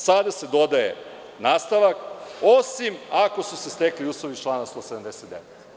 Sada se dodaje nastavak, osim ako su se stekli uslovi iz člana 179.